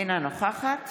אינה נוכחת